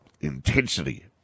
intensity